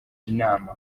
inama